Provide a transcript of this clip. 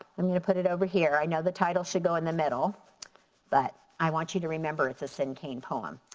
i'm gonna put it over here. i know the title should go in the middle but i want you to remember it's a so cinquain poem.